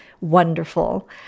wonderful